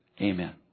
amen